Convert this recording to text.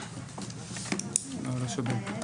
מאוד השתדלתי,